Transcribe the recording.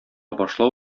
башлау